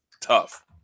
Tough